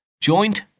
joint